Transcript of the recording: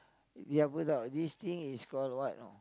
ini apa tau this thing is called what you know